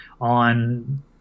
on